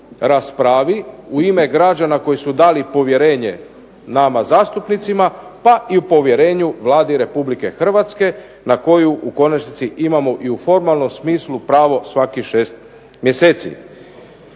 raspravi u ime građana koji su dali povjerenje nama zastupnicima, pa i u povjerenju Vladi Republike Hrvatske na koju i u konačnici imamo i u formalnom smislu pravo svakih 6 mjeseci.